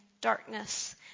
darkness